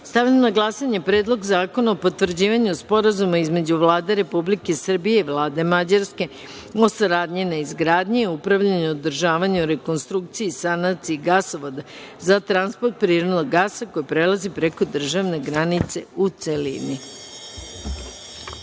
zakona. Stavljam na glasanje Predlog zakona o potvrđivanju Sporazuma između Vlade Republike Srbije i Vlade Mađarske o saradnji na izgradnji, upravljanju, održavanju, rekonstrukciji i sanaciji gasovoda za transport prirodnog gasa koji prelazi preko državne granice, u